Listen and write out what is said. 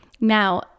Now